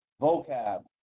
vocab